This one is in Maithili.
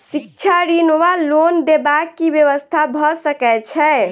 शिक्षा ऋण वा लोन देबाक की व्यवस्था भऽ सकै छै?